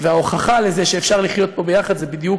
וההוכחה לזה שאפשר לחיות פה יחד זה בדיוק